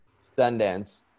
Sundance